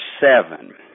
seven